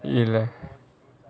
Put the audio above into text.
ya lah